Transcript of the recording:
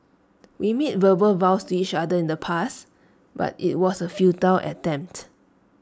we made verbal vows to each other in the past but IT was A futile attempt